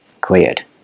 queered